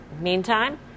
Meantime